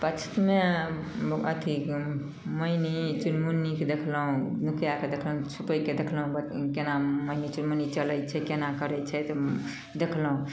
पक्षीमे अथी मैनी चुनमुनीके देखलहुँ नुकैके देखलहुँ छुपकिके देखलहुँ कोना मैनी चुनमुनी चलै छै कोना करै छै तऽ देखलहुँ